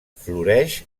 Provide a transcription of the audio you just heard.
floreix